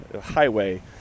highway